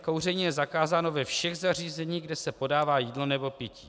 Kouření je zakázáno ve všech zařízení, kde se podává jídlo nebo pití.